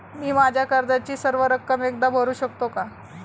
मी माझ्या कर्जाची सर्व रक्कम एकदा भरू शकतो का?